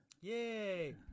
Yay